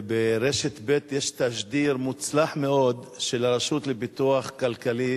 וברשת ב' יש תשדיר מוצלח מאוד של הרשות לפיתוח כלכלי